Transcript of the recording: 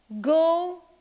go